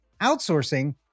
outsourcing